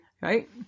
right